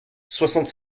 soixante